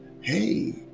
hey